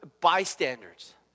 bystanders